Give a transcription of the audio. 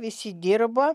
visi dirbo